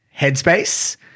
headspace